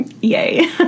Yay